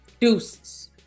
Deuces